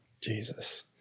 Jesus